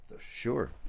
Sure